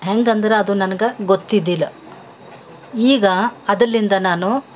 ಹೇಗಂದ್ರ ಅದು ನನ್ಗೆ ಗೊತ್ತಿದಿಲ್ಲ ಈಗ ಅದಲಿಂದ ನಾನು